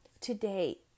today